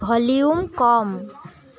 volume কম